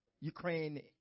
Ukraine